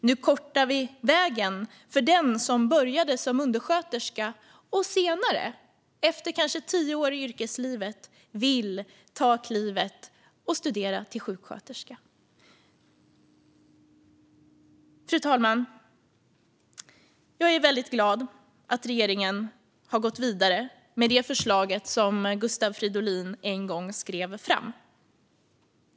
Nu kortar vi vägen för den som började som undersköterska och senare, efter kanske tio år i yrkeslivet, vill ta klivet och studera till sjuksköterska. Fru talman! Jag är väldigt glad över att regeringen har gått vidare med det förslag som Gustav Fridolin en gång delvis skrev.